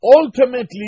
ultimately